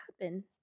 happen